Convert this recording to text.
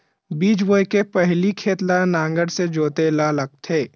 बीज बोय के पहिली खेत ल नांगर से जोतेल लगथे?